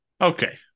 Okay